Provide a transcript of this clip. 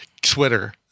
Twitter